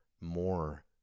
more